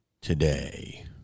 today